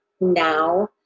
now